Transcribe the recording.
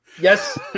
Yes